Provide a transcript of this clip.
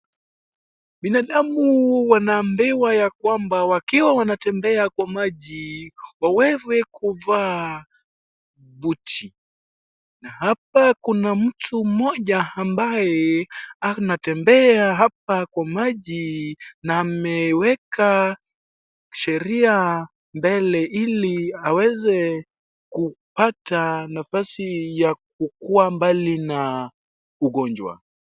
Binadamu wanaambiwa ya kwamba wakiwa wanatembea kwa maji waweze kuvaa buti, na hapa kuna mtu mmoja ambaye anatembea hapa kwa maji na ameweka sheria mbele ili aweze kupata nafasi ya kuwa mbali na ugonjwa.